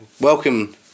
welcome